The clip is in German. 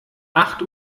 acht